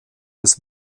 des